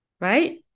right